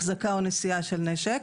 החזקה או נשיאה של נשק.